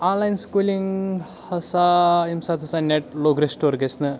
online schooling ہَسا ییٚمہِ ساتہٕ ہَسا نٮ۪ٹ لوٚگ رِسٹور گژھنہِ